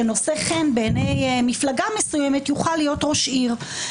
שנושא חן בעיני מפלגה מסוימת, יוכל להיות ראש עיר.